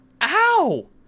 ow